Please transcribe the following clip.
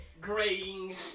graying